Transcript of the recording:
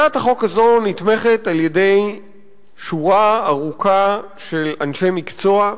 הצעת החוק הזו נתמכת על-ידי שורה ארוכה של אנשי מקצוע,